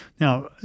Now